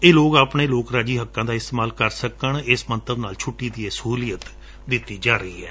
ਇਹ ਲੋਕ ਆਪਣੇ ਲੋਕਰਾਜੀ ਹੱਕਾ ਦਾ ਇਸਤੇਮਾਲ ਕਰ ਸਕਣ ਇਸ ਮੰਤਵ ਨਾਲ ਛੁੱਟੀ ਦੀ ਇਹ ਸਹੁਲੀਅਤ ਦਿੱਤੀ ਜਾ ਰਹੀ ਏ